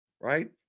right